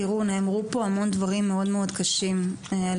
תראו נאמרו פה המון דברים מאוד מאוד קשים על